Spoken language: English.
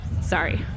sorry